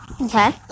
Okay